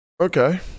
okay